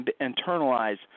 internalize